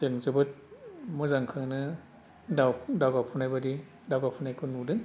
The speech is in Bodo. जों जोबोद मोजांखौनो दाव दावगाफुनाय बायदि दावगाफुनायखौ नुदों